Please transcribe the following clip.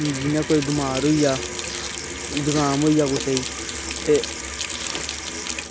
जियां कोई बमार होई जा जुकाम होई जा कुसै ई ते